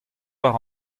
war